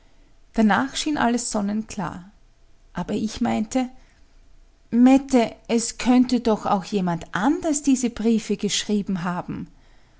danach schien alles sonnenklar aber ich meinte mette es könnte doch auch jemand anderes diese briefe geschrieben haben